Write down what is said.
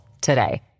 today